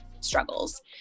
struggles